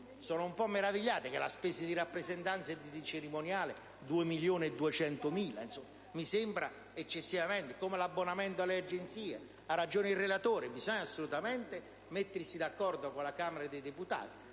sono un po' meravigliato che le spese di rappresentanza e per il cerimoniale ammontino a 2 milioni e 200.000 euro: mi sembrano eccessive. Così come l'abbonamento alle agenzie. Ha ragione il relatore: bisogna assolutamente mettersi d'accordo con la Camera dei deputati,